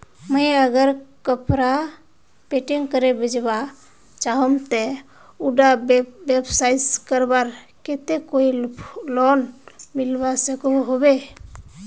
मुई अगर कपड़ा पेंटिंग करे बेचवा चाहम ते उडा व्यवसाय करवार केते कोई लोन मिलवा सकोहो होबे?